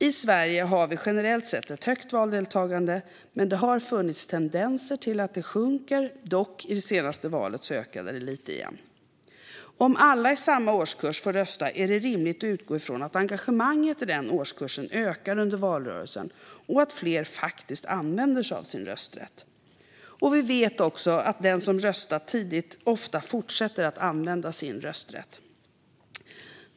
I Sverige har vi generellt sett ett högt valdeltagande, men det har funnits tendenser till att det sjunker. Dock ökade det i det senaste valet lite igen. Om alla i samma årskurs får rösta är det rimligt att utgå från att engagemanget i den årskursen ökar under valrörelsen och att fler faktiskt använder sig av sin rösträtt. Vi vet också att den som röstat tidigt ofta fortsätter att använda sin rösträtt.